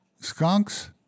skunks